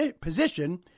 position